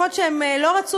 יכול להיות שהם לא רצו,